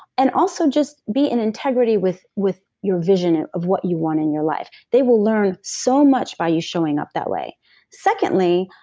and also just be in integrity with with your vision of what you want in your life. they will lean so much by you showing up that way secondly,